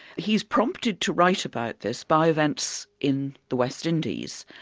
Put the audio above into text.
he's prompted to write about this by events in the west indies,